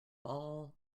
all